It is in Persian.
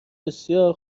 بسیار